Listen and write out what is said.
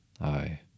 Aye